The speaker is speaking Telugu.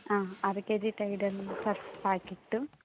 అర కేజీ టైడు సర్ఫ్ ప్యాకెట్టు